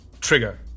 trigger